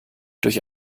durch